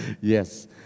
Yes